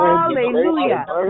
Hallelujah